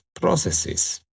processes